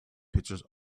pictures